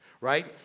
right